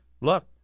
look